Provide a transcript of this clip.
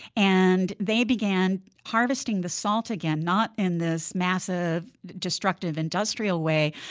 and they began harvesting the salt again. not in this massive, destructive industrial way,